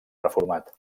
reformat